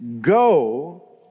go